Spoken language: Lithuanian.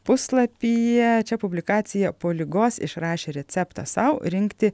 puslapyje čia publikacija po ligos išrašė receptą sau rinkti